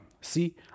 See